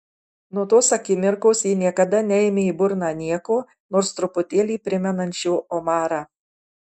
nuo tos akimirkos ji niekada neėmė į burną nieko nors truputėlį primenančio omarą